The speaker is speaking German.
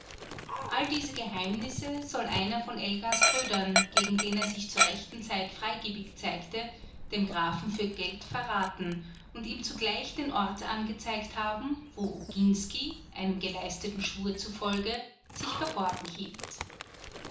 all diese geheimnisse soll einer von elgas brüdern gegen den er sich zur rechten zeit freigebig zeigte dem grafen für geld verraten und ihm zugleich den ort angezeigt haben wo oginsky einem geleisteten schwur zufolge sich verborgen hielt